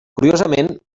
curiosament